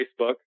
Facebook